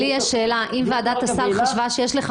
לי יש שאלה: אם ועדת הסל חשבה שיש לך